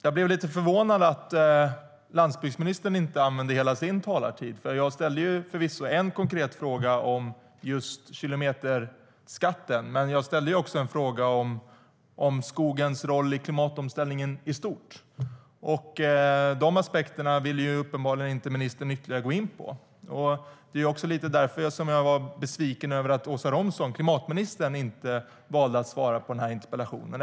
Jag blev lite förvånad över att landsbygdsministern för sin del inte använde hela sin talartid. Jag ställde förvisso en konkret fråga om just kilometerskatten, men jag ställde också en fråga om skogens roll i klimatomställningen i stort. De aspekterna vill uppenbarligen inte ministern gå in på ytterligare. Det är också lite därför jag var besviken över att klimatminister Åsa Romson valde att inte svara på den här interpellationen.